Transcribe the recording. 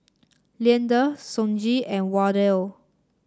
Leander Sonji and Wardell